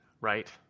Right